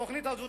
התוכנית הזאת,